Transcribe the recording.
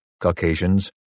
Caucasians